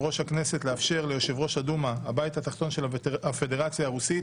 ראש הכנסת לאפשר ליו"ר הדומה (הבית התחתון) של הפדרציה הרוסית